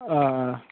آ آ